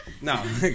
No